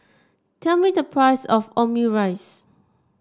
tell me the price of Omurice